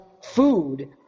food